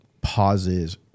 pauses